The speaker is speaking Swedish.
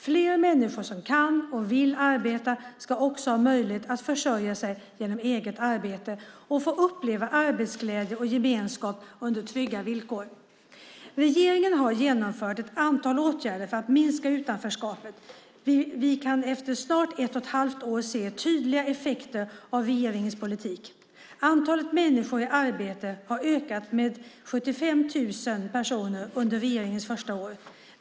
Fler människor som kan och vill arbeta ska också ha möjligheter att försörja sig genom eget arbete och få uppleva arbetsglädje och arbetsgemenskap under trygga villkor. Regeringen har genomfört ett antal åtgärder för att minska utanförskapet. Vi kan efter snart ett och ett halvt år se tydliga effekter av regeringens politik. Antalet människor i arbete har ökat med 75 000 personer under regeringens första år.